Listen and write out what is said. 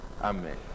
Amen